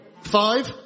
Five